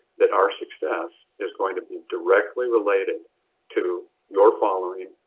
that our success is going to be directly related to your following.